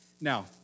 Now